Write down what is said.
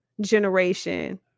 generation